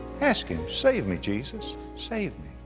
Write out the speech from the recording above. ask him, save me jesus. save me.